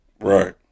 Right